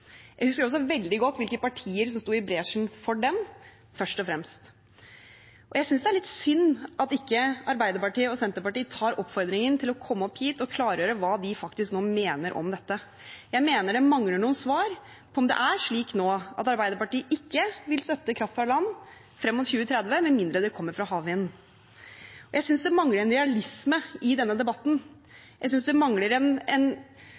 bresjen for den, først og fremst, og jeg synes det er litt synd at ikke Arbeiderpartiet og Senterpartiet tar oppfordringen om å komme opp hit og klargjøre hva de faktisk mener om dette nå. Jeg mener det mangler noen svar på om det nå er slik at Arbeiderpartiet ikke vil støtte kraft fra land frem mot 2030 med mindre det kommer fra havvind. Jeg synes det mangler en realisme i denne